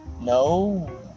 No